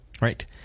Right